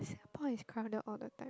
Singapore is crowded all the time